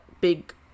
big